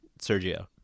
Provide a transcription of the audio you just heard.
Sergio